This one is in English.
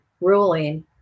ruling